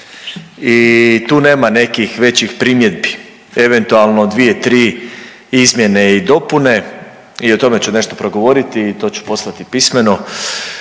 i tu nema nekih većih primjedbi, eventualno dvije, tri izmjene i dopune i o tome ću nešto progovoriti i to ću poslati pismeno,